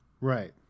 Right